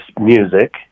music